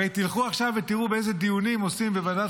הרי תלכו עכשיו ותראו איזה דיונים עושים בוועדת